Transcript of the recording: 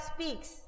speaks